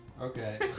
Okay